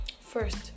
first